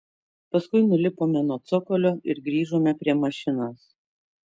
paskui nulipome nuo cokolio ir grįžome prie mašinos